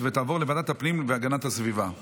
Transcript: לוועדת הפנים והגנת הסביבה נתקבלה.